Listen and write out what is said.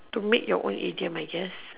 to make your own idiom I guess